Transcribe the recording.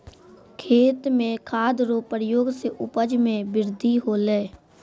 खेत मे खाद रो प्रयोग से उपज मे बृद्धि होलै